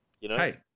Hey